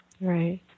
Right